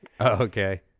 okay